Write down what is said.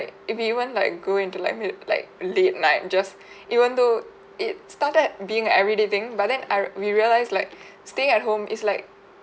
if we even like go into like it like late night just even though it started being a everyday thing but then I we realize like staying at home is like